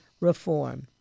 reform